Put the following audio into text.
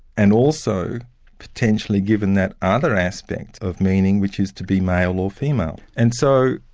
and also potentially given that other aspect of meaning which is to be male or female. and so